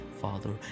Father